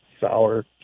sour